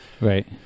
Right